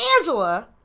Angela